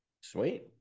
Sweet